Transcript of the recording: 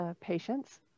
patients